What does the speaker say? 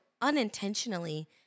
unintentionally